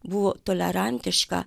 buvo tolerantiška